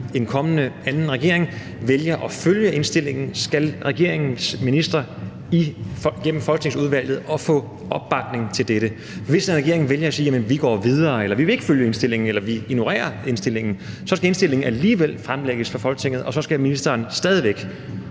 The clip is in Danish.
en kommende anden regering vælger at følge indstillingen, skal regeringens minister gennem folketingsudvalget og få opbakning til dette. Hvis en regering vælger at sige, at den vil gå videre, eller at den ikke vil følge indstillingen, eller at den ignorerer indstillingen, så skal indstillingen alligevel fremlægges for Folketinget, og så skal ministeren stadig væk